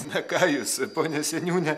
na ką jūs pone seniūne